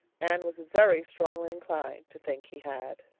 anne was very strongly inclined to think he had.